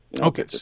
Okay